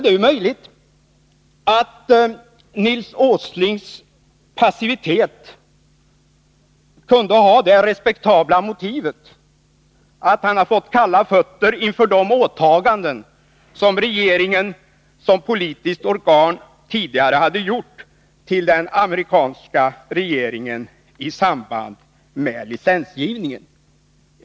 Det är möjligt att Nils Åslings passivitet hade det respektabla motivet, att han fått kalla fötter inför de åtaganden som regeringen såsom politiskt organ tidigare hade gjort till den amerikanska regeringen i samband med licensgivningen.